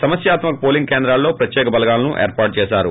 సమస్యాత్మక పోలింగ్ కేంద్రాలలో ప్రత్యిక బలగాలను ఏర్పాటు చేసారు